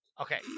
Okay